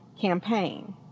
campaign